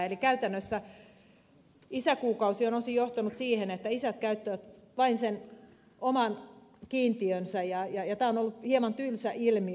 eli käytännössä isäkuukausi on osin johtanut siihen että isät käyttävät vain sen oman kiintiönsä ja tämä on ollut hieman tylsä ilmiö